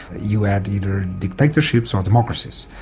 you had either dictatorships or democracies.